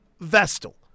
Vestal